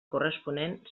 corresponent